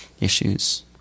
issues